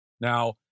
Now